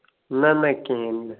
نہ نہ کِہیٖنۍ نہٕ